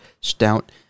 stout